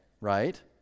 right